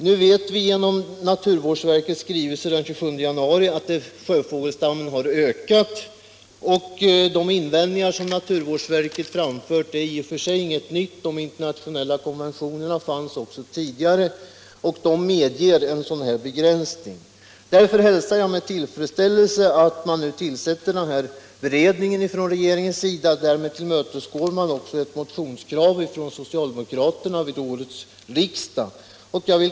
Nu vet vi genom naturvårdsverkets skrivelse den 27 januari att sjöfågelstammen har ökat, och de invändningar som naturvårdsverket framfört är i och för sig inte nya. De internationella konventionerna fanns också tidigare, och de medger en sådan här begränsning. Därför hälsar jag med tillfredsställelse att regeringen tillsätter beredningen. Därmed tillmötesgår man också ett motionskrav från socialdemokratiskt håll under årets riksdag.